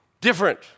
Different